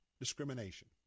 discrimination